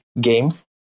games